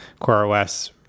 CoreOS